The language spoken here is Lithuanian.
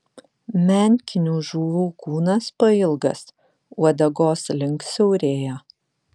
menkinių žuvų kūnas pailgas uodegos link siaurėja